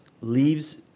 leaves